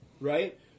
Right